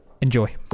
Enjoy